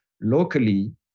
locally